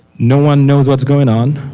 no one knows what's going on,